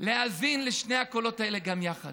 להאזין לשני הקולות האלה גם יחד